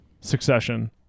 Succession